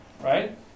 Right